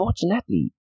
unfortunately